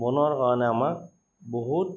বনোৱাৰ কাৰণে আমাক বহুত